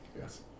Yes